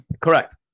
Correct